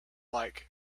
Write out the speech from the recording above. like